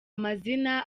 amazina